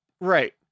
Right